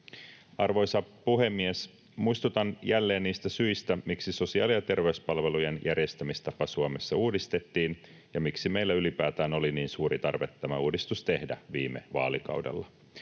Arvoisa puhemies! Muistutan jälleen niistä syistä, miksi sosiaali- ja terveyspalvelujen järjestämistapa Suomessa uudistettiin ja miksi meillä ylipäätään oli niin suuri tarve tämä uudistus tehdä viime vaalikaudella: